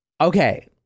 Okay